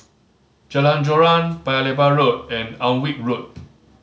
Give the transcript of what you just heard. Jalan Joran Paya Lebar Road and Alnwick Road